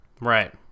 Right